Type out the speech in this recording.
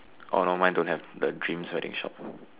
oh no mine don't have the dreams wedding shop